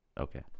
Okay